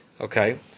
Okay